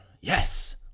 yes